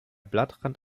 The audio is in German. blattrand